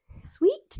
sweet